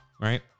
right